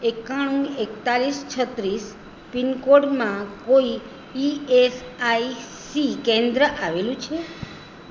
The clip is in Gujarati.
એકાણું એકતાળીસ છત્રીસ પિનકોડમાં કોઈ ઇ એસ આઇ સી કેન્દ્ર આવેલું છે